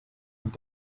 and